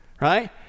right